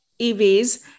EVs